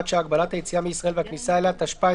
שעה) (הגבלת היציאה מישראל והכניסה אליה) התשפ"א,